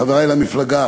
חברי למפלגה,